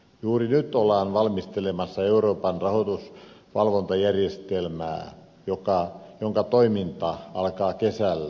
juuri nyt ollaan valmistelemassa euroopan rahoitusvalvontajärjestelmää jonka toiminta alkaa kesällä